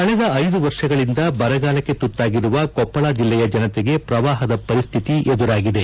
ಕಳೆದ ಐದು ವರ್ಷಗಳಿಂದ ಬರಗಾಲಕ್ಕೆ ತುತ್ತಾಗಿರುವ ಕೊಪ್ಪಳ ಜಿಲ್ಲೆಯ ಜನತೆಗೆ ಪ್ರವಾಹದ ಪರಿಸ್ಥಿತಿ ಎದುರಾಗಿದೆ